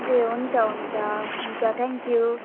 ए हुन्छ हुन्छ हुन्छ थ्याङ्क यु